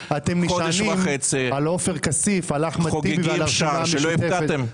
חודש וחצי אתם חוגגים שער שלא הבקעתם.